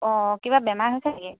অঁ কিবা বেমাৰ হৈছে নেকি